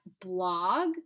blog